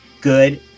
good